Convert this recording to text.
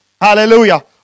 Hallelujah